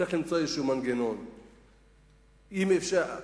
צריך למצוא מנגנון כלשהו.